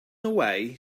away